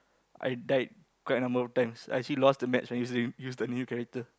i died quite a number of times I actually lost the match when I using use the new character